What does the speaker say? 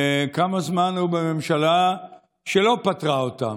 כמה זמן הוא בממשלה שלא פתרה אותם?